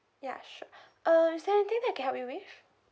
ya sure uh is there anything I can help you with